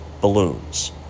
balloons